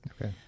Okay